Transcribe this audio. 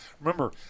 Remember